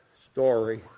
story